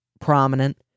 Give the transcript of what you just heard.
prominent